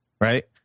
right